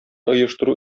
оештыру